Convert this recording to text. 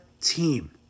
team